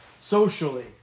socially